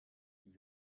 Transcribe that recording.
die